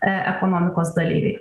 ekonomikos dalyviai